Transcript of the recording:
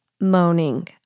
moaning